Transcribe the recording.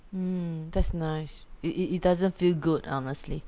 mm that's nice it it it doesn't feel good honestly